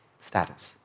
status